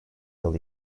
yıl